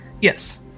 Yes